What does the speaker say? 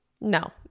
no